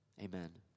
Amen